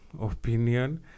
opinion